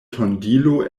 tondilo